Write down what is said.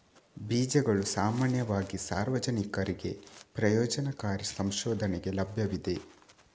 ಬೀಜಗಳು ಸಾಮಾನ್ಯವಾಗಿ ಸಾರ್ವಜನಿಕರಿಗೆ ಪ್ರಯೋಜನಕಾರಿ ಸಂಶೋಧನೆಗೆ ಲಭ್ಯವಿವೆ